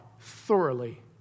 thoroughly